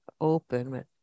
open